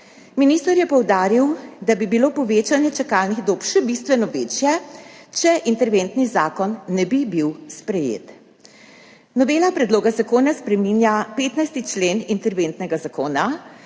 Minister je poudaril, da bi bilo povečanje čakalnih dob še bistveno večje, če interventni zakon ne bi bil sprejet. Novela predloga zakona spreminja 15. člen interventnega zakona,